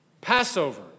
Passover